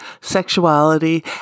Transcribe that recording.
sexuality